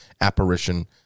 apparition